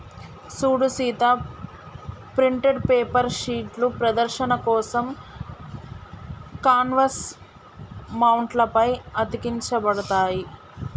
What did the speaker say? సూడు Sita printed paper షీట్లు ప్రదర్శన కోసం కాన్వాస్ మౌంట్ల పై అతికించబడతాయి